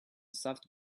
soft